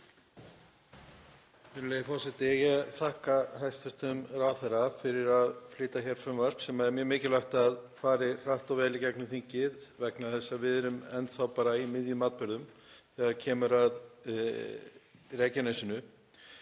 Virðulegi forseti. Ég þakka hæstv. ráðherra fyrir að flytja frumvarp sem er mjög mikilvægt að fari hratt og vel í gegnum þingið vegna þess að við erum enn þá bara í miðjum atburðum þegar kemur að Reykjanesinu.